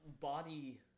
body